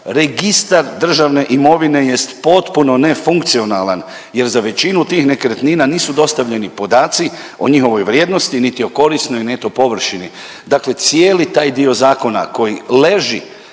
Registar državne imovine jest potpuno nefunkcionalan jer za većinu tih nekretnina nisu dostavljeni podaci o njihovoj vrijednosti niti o korisnoj neto površini. Dakle cijeli taj dio zakona koji leži